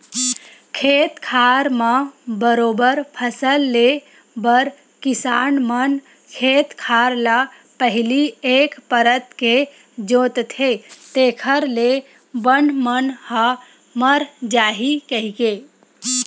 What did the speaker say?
खेत खार म बरोबर फसल ले बर किसान मन खेत खार ल पहिली एक परत के जोंतथे जेखर ले बन मन ह मर जाही कहिके